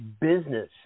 business